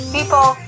People